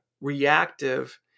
reactive